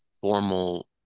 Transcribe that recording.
formal